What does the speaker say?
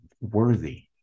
worthy